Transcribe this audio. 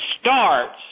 starts